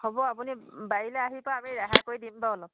হ'ব আপুনি বাৰীলৈ আহিব আমি ৰেহাই কৰি দিম বাও অলপ